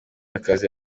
akazi